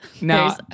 No